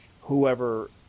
whoever